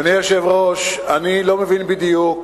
אדוני היושב-ראש, אני לא מבין בדיוק